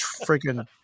freaking